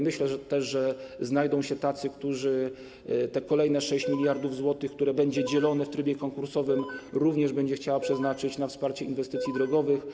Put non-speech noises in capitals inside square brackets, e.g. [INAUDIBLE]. Myślę też, że znajdą się tacy, którzy [NOISE] te kolejne 6 mld zł, które będą dzielone w trybie konkursowym, również będą chcieli przeznaczyć na wsparcie inwestycji drogowych.